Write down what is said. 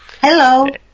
Hello